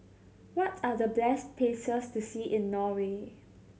what are the best places to see in Norway